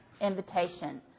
invitation